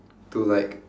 to like